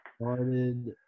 started